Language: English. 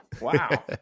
Wow